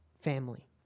family